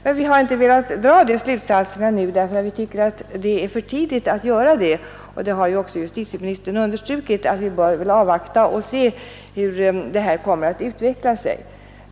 Men vi har inte velat dra dessa slutsatser ännu, ty vi tycker att det är för tidigt att göra det. Justitieministern har också understrukit att vi bör avvakta och se hur det hela kommer att utveckla sig.